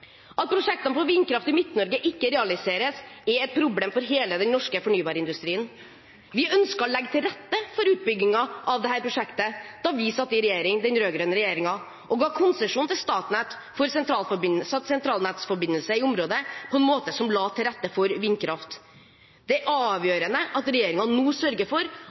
At prosjektene for vindkraft i Midt-Norge ikke realiseres, er et problem for hele den norske fornybarindustrien. Vi ønsket å legge til rette for utbyggingen av dette prosjektet da vi satt i regjering – den rød-grønne regjeringen – og ga konsesjon til Statnett for sentralnettforbindelse i området på en måte som la til rette for vindkraft. Det er avgjørende at regjeringen nå sørger for